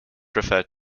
referred